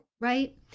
Right